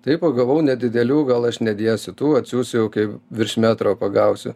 tai pagavau nedidelių gal aš nedėsiu tų atsiųsiu kai jau virš metro pagausiu